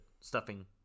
Stuffing